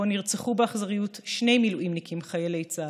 שבו נרצחו באכזריות שני מילואימניקים חיילי צה"ל,